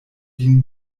vin